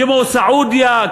כמו סעודיה,